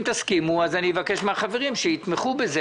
אם כן אז אבקש מן החברים שיתמכו בזה.